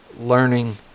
learning